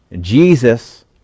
Jesus